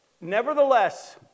Nevertheless